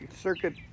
circuit